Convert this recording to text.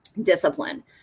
discipline